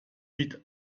huit